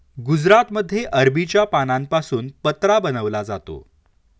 गुजरातमध्ये अरबीच्या पानांपासून पत्रा बनवला जातो